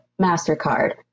MasterCard